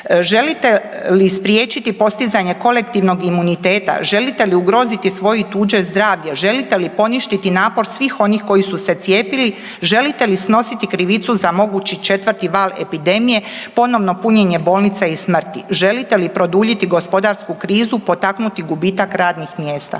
Želite li spriječiti postizanje kolektivnog imuniteta, želite li ugroziti svoje i tuđe zdravlje, želite li poništiti napor svih onih koji su se cijepili, želite li snositi krivicu za mogući četvrti val epidemije, ponovno punjenje bolnica i smrti, želite li produljiti gospodarsku krizu, potaknuti gubitak radnih mjesta.